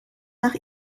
nach